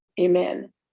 amen